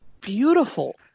beautiful